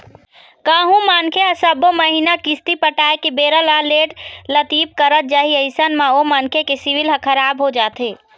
कहूँ मनखे ह सब्बो महिना किस्ती पटाय के बेरा ल लेट लतीफ करत जाही अइसन म ओ मनखे के सिविल ह खराब हो जाथे